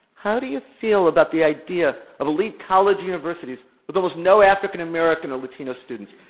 how do you feel about the idea of elite college universities with almost no african american or latino students?